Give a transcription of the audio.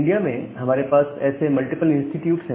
India में हमारे पास ऐसे मल्टीपल इंस्टिट्यूट हैं